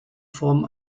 form